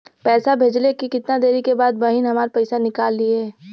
पैसा भेजले के कितना देरी के बाद बहिन हमार पैसा निकाल लिहे?